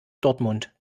dortmund